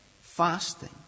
fasting